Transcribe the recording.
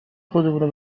خودمونه